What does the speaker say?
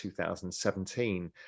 2017